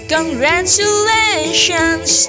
Congratulations